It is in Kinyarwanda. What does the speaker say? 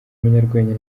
umunyarwenya